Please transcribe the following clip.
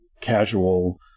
casual